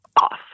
off